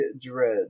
Dread